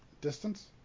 Distance